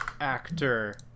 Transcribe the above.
Actor